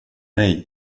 nej